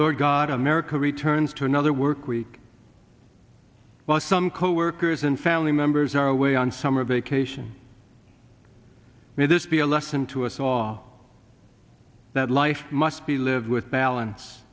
god of america returns to another work week well some coworkers and family members are away on summer vacation may this be a lesson to us all that life must be lived with balance